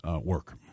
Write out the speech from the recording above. work